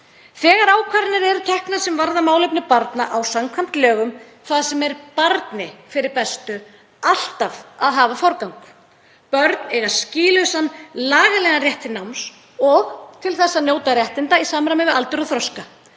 Þegar ákvarðanir eru teknar sem varða málefni barna á samkvæmt lögum það sem er barni fyrir bestu alltaf að hafa forgang. Börn eiga skýlausan lagalegan rétt til náms og til að njóta réttinda í samræmi við aldur og þroska.